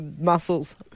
muscles